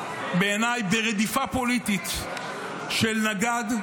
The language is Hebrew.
בעיניי, ברדיפה פוליטית של נגד.